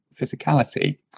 physicality